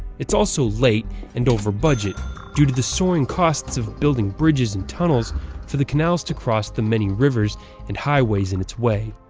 it's also late and over budget due to the soaring costs of building bridges and tunnels for the canals to cross the many rivers and highways in its way.